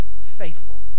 faithful